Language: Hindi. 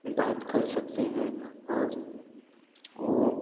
बात कर सकते हैं और वह